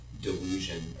delusion